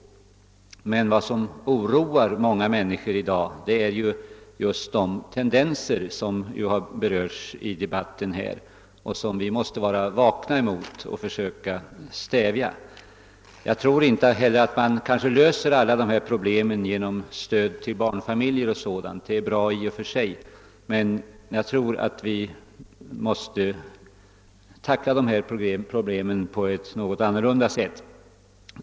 Vad som oroar många människor i dag är emellertid just de tendenser som berörts i denna debatt och som vi måste vara vakna mot och försöka stävja. Jag tror inte att man löser problemen genom stöd till barnfamiljer 0. sS. v. Sådant är bra i och för sig, men vi måste tackla dessa problem på ett något annorlunda sätt.